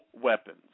weapons